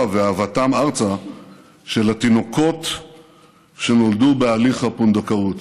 והבאתם ארצה של התינוקות שנולדו בהליך הפונדקאות.